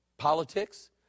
politics